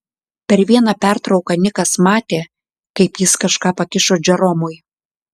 per vieną pertrauką nikas matė kaip jis kažką pakišo džeromui